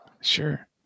sure